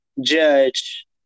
Judge